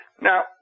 now